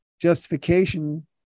justification